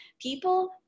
people